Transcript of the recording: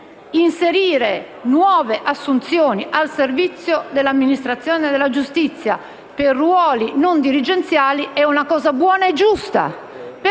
Inserire nuove assunzioni al servizio dell'amministrazione della giustizia per ruoli non dirigenziali è una cosa buona e giusta.